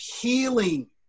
healing